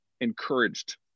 encouraged